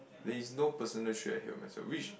there is no personal share here myself which